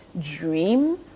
dream